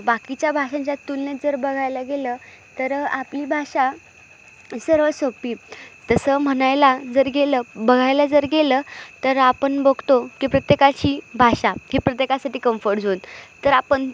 बाकीच्या भाषांच्या तुलनेत जर बघायला गेलं तरं आपली भाषा सर्व सोपी तसं म्हणायला जर गेलं बघायला जर गेलं तर आपण बघतो की प्रत्येकाची भाषा ही प्रत्येकासाठी कम्फर्ट झोन तर आपण